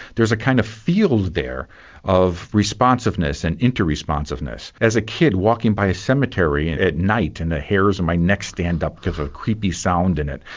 there was a kind of field there of responsiveness and inter-responsiveness. as a kid walking by a cemetery and at night and the hairs of my neck stand up to a creepy sound in it.